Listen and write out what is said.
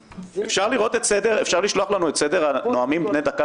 אפשר לשלוח לנו את סדר הנואמים בני דקה